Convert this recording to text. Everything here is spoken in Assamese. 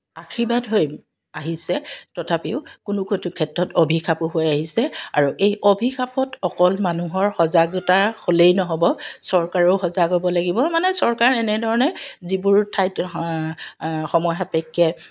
আশীৰ্বাদ হৈ আহিছে তথাপিও কোনো কোনো ক্ষেত্ৰত অভিশাপো হৈ আহিছে আৰু এই অভিশাপত অকল মানুহৰ সজাগতা হ'লেই নহ'ব চৰকাৰো সজাগ হ'ব লাগিব মানে চৰকাৰ এনেধৰণে যিবোৰ ঠাইত সময় সাপেক্ষে